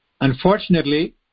Unfortunately